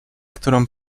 którą